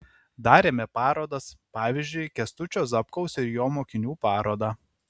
darėme parodas pavyzdžiui kęstučio zapkaus ir jo mokinių parodą